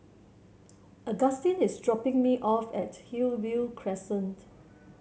Augustin is dropping me off at Hillview Crescent